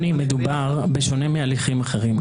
בשונה מהליכים אחרים,